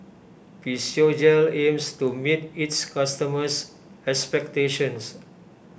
Physiogel aims to meet its customers' expectations